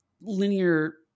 linear